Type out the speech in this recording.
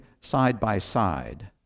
side-by-side